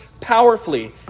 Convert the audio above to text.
powerfully